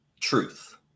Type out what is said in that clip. truth